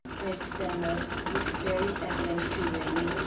i stammered, with very evident feeling.